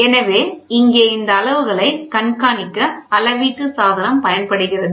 எனவே இங்கே இந்த அளவுகளை கண்காணிக்க அளவீட்டு சாதனம் பயன்படுகிறது